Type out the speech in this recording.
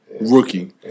rookie